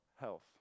health